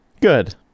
Good